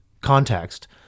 context